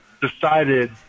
decided